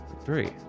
Three